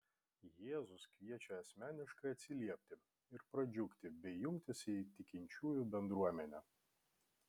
jėzus kviečia asmeniškai atsiliepti ir pradžiugti bei jungtis į tikinčiųjų bendruomenę